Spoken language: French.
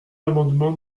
l’amendement